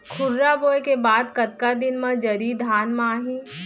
खुर्रा बोए के बाद कतका दिन म जरी धान म आही?